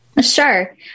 Sure